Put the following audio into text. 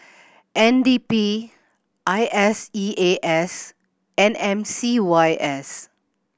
N D P I S E A S and M C Y S